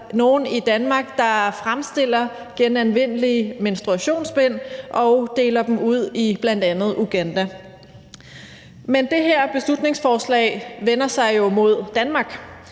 nogle i Danmark, der fremstiller genanvendelige menstruationsbind og deler dem ud i bl.a. Uganda. Men det her beslutningsforslag vender sig jo mod Danmark,